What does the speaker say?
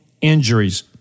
injuries